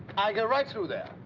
i go right through there.